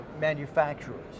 manufacturers